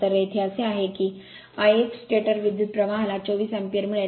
तर येथे असे आहे की I 1 स्टेटर विद्युत प्रवाह ला 24 अँपिअर मिळेल